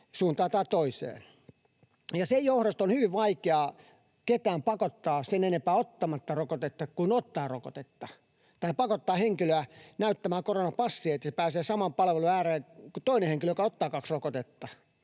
suuntaan tai toiseen, ja sen johdosta on hyvin vaikeaa ketään pakottaa sen enempää jättämään ottamatta kuin ottamaan rokotetta tai pakottaa henkilöä näyttämään koronapassia, niin että pääsee samojen palvelujen ääreen kuin toinen henkilö, joka ottaa kaksi rokotetta.